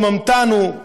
ורוממתנו".